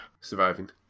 Surviving